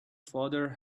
father